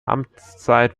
amtszeit